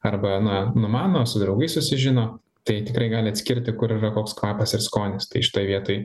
arba na numano su draugais susižino tai tikrai gali atskirti kur yra koks kvapas ir skonis tai šitoj vietoj